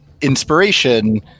inspiration